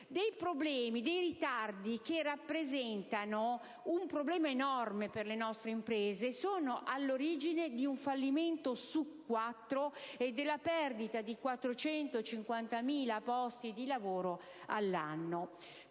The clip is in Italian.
Questi ritardi rappresentano un problema enorme per le nostre imprese e sono all'origine di un fallimento su quattro e della perdita di 450.000 posti di lavoro all'anno.